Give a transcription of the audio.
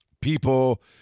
people